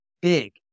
Big